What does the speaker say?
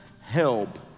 help